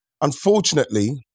unfortunately